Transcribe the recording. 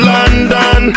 London